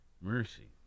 mercy